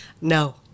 no